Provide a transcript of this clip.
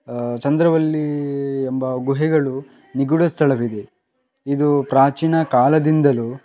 ಚಂದ್ರವಲ್ಲಿ ಎಂಬ ಗುಹೆಗಳ ನಿಗೂಢ ಸ್ಥಳವಿದೆ ಇದು ಪ್ರಾಚೀನ ಕಾಲದಿಂದಲೂ